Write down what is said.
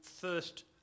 first